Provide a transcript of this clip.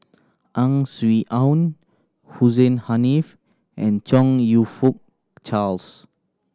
Ang Swee Aun Hussein Haniff and Chong You Fook Charles